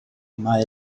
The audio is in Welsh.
mae